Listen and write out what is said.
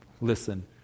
Listen